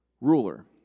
ruler